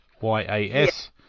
y-a-s